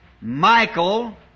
Michael